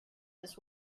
this